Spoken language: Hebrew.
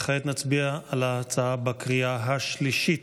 כעת נצביע על ההצעה בקריאה השלישית.